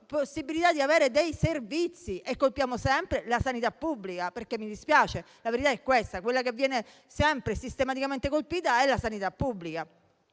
possibilità di avere servizi e si colpisce sempre la sanità pubblica, perché mi dispiace, ma la verità è che quella che viene sempre sistematicamente colpita è la sanità pubblica.